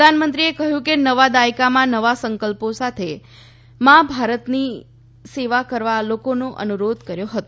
પ્રધાનમંત્રીએ કહ્યું કે નવા દાયકામાં નવા સંકલ્પો સાથે મા ભારતીની સેવા કરવા લોકોને અનુરોધ કર્યો હતો